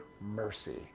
mercy